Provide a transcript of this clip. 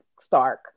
stark